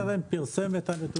ארגון 'בטרם' פרסם את הנתונים